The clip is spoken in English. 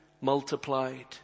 multiplied